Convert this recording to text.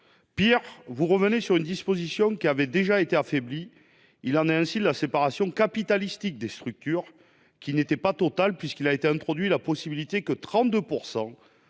Pire, vous revenez sur une disposition qui a déjà été affaiblie. Ainsi, la séparation capitalistique des structures économiques n'est pas totale, puisqu'a été introduite la possibilité que 32